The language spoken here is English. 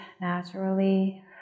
naturally